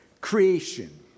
Creation